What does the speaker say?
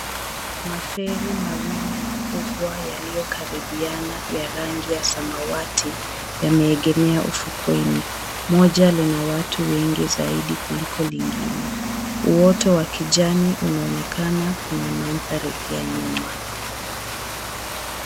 Maferi mawili makubwa yaliyokaribiana, ya rangi ya samawati, yameegemea ufukweni, moja lina watu wengi zaidi kuliko lengine. Uoto wa kijani unaonekana kwenye manthari ya nyuma.